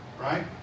right